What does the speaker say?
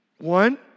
One